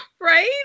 Right